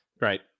Right